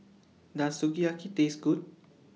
Does Sukiyaki Taste Good